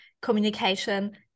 communication